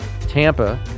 Tampa